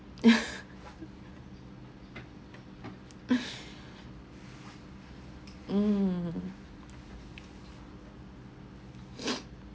mm